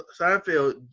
Seinfeld